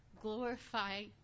glorify